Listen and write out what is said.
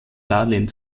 darlehen